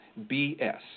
BS